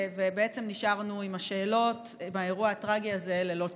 ובעצם נשארנו עם השאלות מהאירוע הטרגי הזה ללא תשובות?